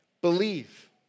Believe